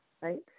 right